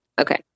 Okay